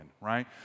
right